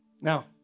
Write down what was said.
Now